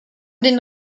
den